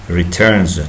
returns